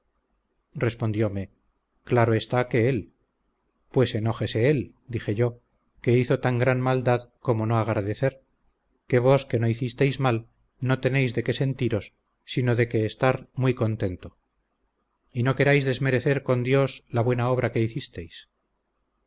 vos respondiome claro está que él pues enójese él dije yo que hizo tan gran maldad como no agradecer que vos que no hicisteis mal no tenéis de qué sentiros sino de que estar muy contento y no queráis desmerecer con dios la buena obra que hicisteis